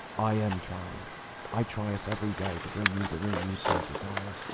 i am trying i tryeth every day to bring you the ring you so desire,